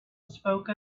spoke